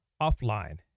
offline